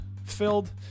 filled